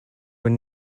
were